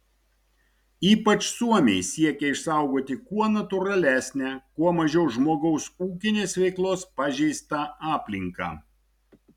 ypač suomiai siekia išsaugoti kuo natūralesnę kuo mažiau žmogaus ūkinės veiklos pažeistą aplinką